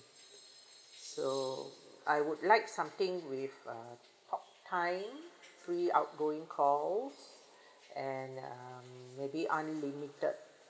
so I would like something with a talk time free outgoing calls and um maybe unlimited